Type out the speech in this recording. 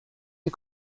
you